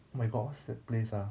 oh my gosh that place ah